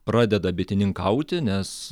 pradeda bitininkauti nes